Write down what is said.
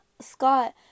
Scott